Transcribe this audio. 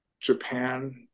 Japan